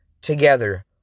together